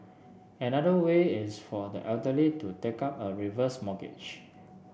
another way is for the elderly to take up a reverse mortgage